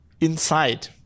inside